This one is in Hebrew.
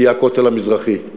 תהיה הכותל המזרחי.